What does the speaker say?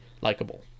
likable